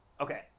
Okay